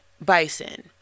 Bison